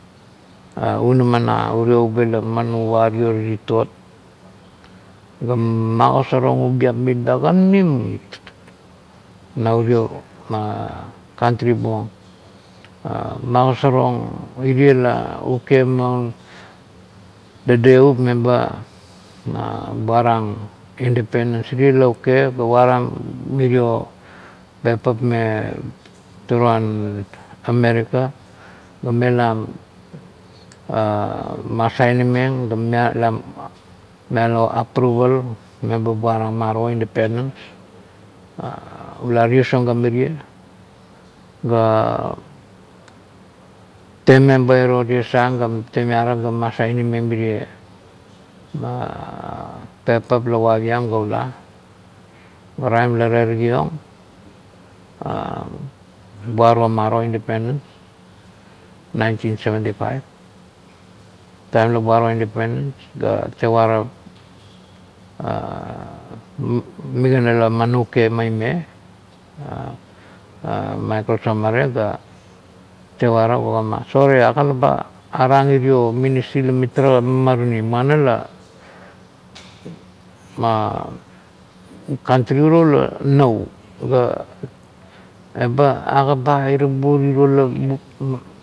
Man unema na urio ubi laman wario titot ga magosarong ubiap na urio kantri buong magasarong, irie la uke maun dedevup mebe buarang independence, irie la uke ga waram mirio pepap me toroan america ga mela ma sainim meng ga miala apruvel me ba buarang moro independence, ula ties ong ga mirie ge te memba iro ties ang ga ma saini meng merie pepap la wawiam ga ula ga taim la terigiong buaro marie independence, naintin seventi faif, taim la boaro indepedence ga tevara magina la man uke maime michael somare ga tevara ga uguama sori, aga la be arang uro ministri la mitara mamarini, moana la kantri urio la nau ga eba agor be irabuo tiro la.